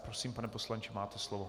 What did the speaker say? Prosím, pane poslanče, máte slovo.